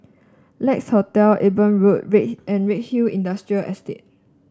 Lex Hotel Eben Road and Redhill Industrial Estate